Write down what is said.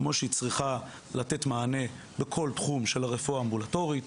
כמו שהיא צריכה לתת מענה לכל תחום של הרפואה האמבולטורית,